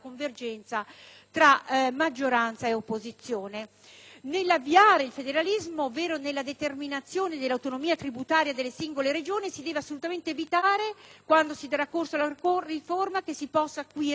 tra maggioranza ed opposizione. Nell'avviare il federalismo, ovvero nella determinazione dell'autonomia tributaria delle singole Regioni, si deve assolutamente evitare, quando si darà corso alla riforma, che si possano acuire le distanze